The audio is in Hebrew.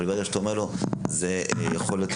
אבל ברגע שאתה אומר לו שזה יכול להיות